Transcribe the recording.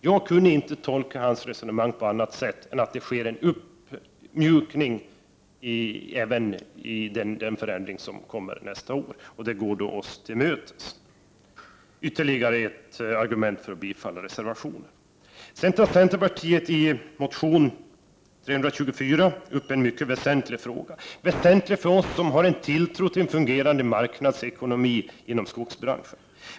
Jag kunde inte tolka hans resonemang på annat sätt än att den förändring som kommer nästa år innebär en uppmjukning, och det är då att gå oss till mötes. Ytterligare ett argument för att bifalla reservationen! Centerpartiet tar i motion 324 upp en fråga som är mycket väsentlig för oss som har tilltro till en fungerande marknadsekonomi inom skogsbranschen.